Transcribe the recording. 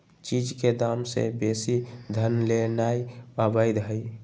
चीज के दाम से बेशी धन लेनाइ अवैध हई